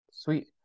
Sweet